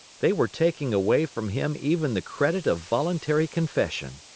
they were taking away from him even the credit of voluntary confession.